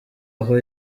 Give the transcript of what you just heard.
aho